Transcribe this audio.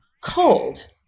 cold